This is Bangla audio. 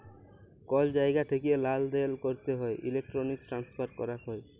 কল জায়গা ঠেকিয়ে লালদেল ক্যরতে হ্যলে ইলেক্ট্রনিক ট্রান্সফার ক্যরাক হ্যয়